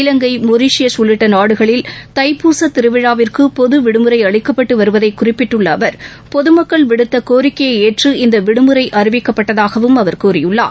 இலங்கை Mauritius உள்ளிட்ட நாடுகளில் தைப்பூச திருவிழாவிற்கு பொதுவிடுமுறை அளிக்கப்பட்டு வருவதை குறிப்பிட்டு பொதுமக்கள் விடுத்த கோரிக்கையை ஏற்று இந்த விடுமுறை அறிவிக்கப்பட்டதாகவும் அவர் கூறியுள்ளார்